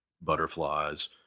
butterflies